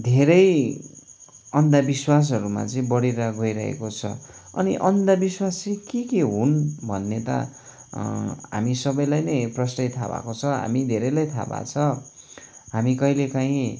धेरै अन्धविश्वासहरूमा चाहिँ बढेर गइरहेको छ अनि अन्धविश्वास चाहिँ के के हुन् भन्ने त हामी सबैलाई नै प्रस्टै थाहा भएको छ हामी धेरैलाई थाहा भएको छ हामी कहिले कहीँ